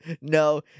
No